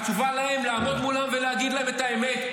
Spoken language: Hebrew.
התשובה להם, לעמוד מולם ולהגיד להם את האמת.